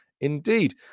indeed